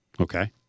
Okay